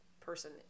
person